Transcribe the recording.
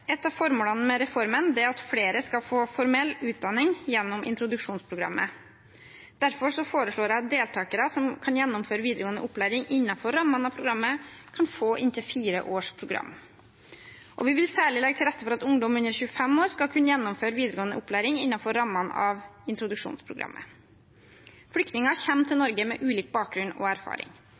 Et av målene med reformen er at flere skal få formell utdanning gjennom introduksjonsprogrammet. Derfor foreslår jeg at deltakere som kan gjennomføre videregående opplæring innenfor rammene av programmet, kan få inntil fire års program. Vi vil særlig legge til rette for at ungdom under 25 år skal kunne gjennomføre videregående opplæring innenfor rammene av introduksjonsprogrammet. Flyktninger kommer til Norge med ulik bakgrunn og erfaring.